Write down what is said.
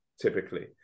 typically